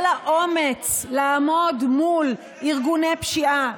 שהיה לה אומץ לעמוד מול ארגוני פשיעה,